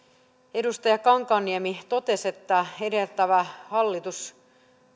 edustaja kankaanniemi totesi että edeltävä hallitus